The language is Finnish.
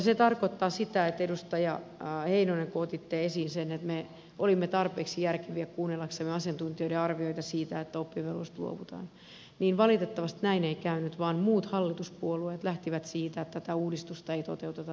se tarkoittaa sitä että kun edustaja heinonen otti esiin sen että me olimme tarpeeksi järkeviä kuunnellaksemme asiantuntijoiden arvioita siitä että oppivelvollisuudesta luovutaan niin valitettavasti näin ei käynyt vaan muut hallituspuolueet lähtivät siitä että tätä uudistusta ei toteuteta tällä hallituskaudella